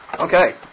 Okay